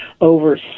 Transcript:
over